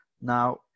Now